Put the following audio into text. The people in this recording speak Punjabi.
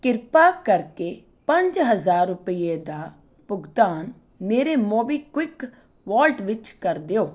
ਕਿਰਪਾ ਕਰਕੇ ਪੰਜ ਹਜ਼ਾਰ ਰੁਪਈਏ ਦਾ ਭੁਗਤਾਨ ਮੇਰੇ ਮੋਬੀਕਵਿਕ ਵੋਲਟ ਵਿੱਚ ਕਰ ਦਿਓ